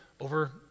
over